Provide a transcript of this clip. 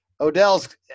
Odell's –